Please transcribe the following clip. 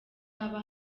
haba